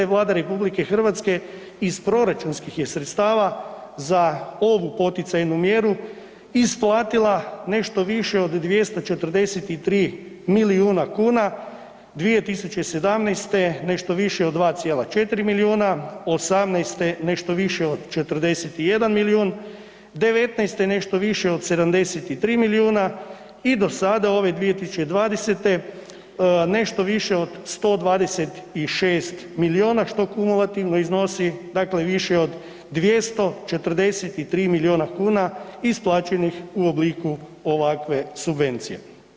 Vlada RH iz proračunskih je sredstava za ovu poticajnu mjeru isplatila nešto više od 243 milijuna kuna, 2017. nešto više od 2.4 milijuna, 2018. nešto više od 41 milijun, 2019. nešto više od 73 milijuna i do sada ove 2020. nešto više od 126 milijuna što kumulativno iznosi više od 243 milijuna kuna isplaćenih u obliku ovakve subvencije.